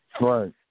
Right